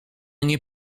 nie